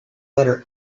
letter